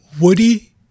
Woody